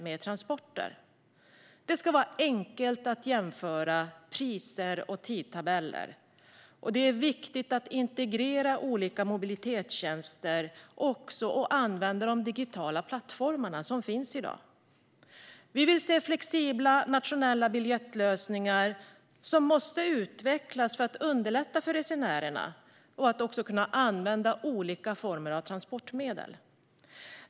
Det ska vara enkelt att jämföra priser och tidtabeller. Och det är viktigt att integrera olika mobilitetstjänster och att använda de digitala plattformar som finns i dag. Vi vill se flexibla nationella biljettlösningar. De måste utvecklas för att underlätta för resenärerna att använda olika transportmedel.